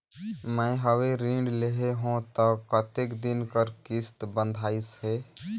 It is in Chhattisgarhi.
मैं हवे ऋण लेहे हों त कतेक दिन कर किस्त बंधाइस हे?